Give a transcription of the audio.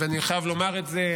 ואני חייב לומר את זה,